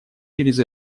через